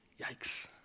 Yikes